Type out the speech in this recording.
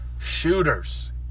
shooters